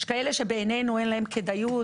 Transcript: יש כאלה שבעינינו אין להם כדאיות,